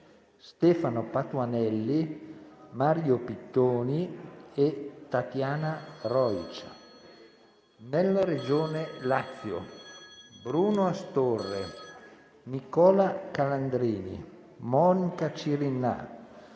Stefano Patuanelli, Mario Pittoni e Tatiana Rojc; nella Regione Lazio: Bruno Astorre, Nicola Calandrini, Monica Cirinnà,